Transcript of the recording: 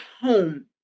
home